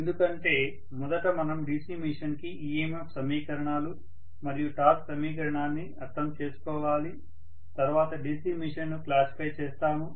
ఎందుకంటే మొదట మనం DC మెషిన్ కి EMF సమీకరణాలు మరియు టార్క్ సమీకరణాన్ని అర్థం చేసుకోవాలి తర్వాత DC మిషన్ ను క్లాసిఫై చేస్తాము